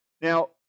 Now